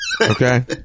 Okay